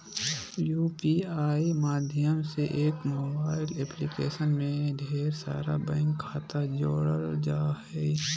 UPI माध्यम से एक मोबाइल एप्लीकेशन में ढेर सारा बैंक खाता जोड़ल जा हय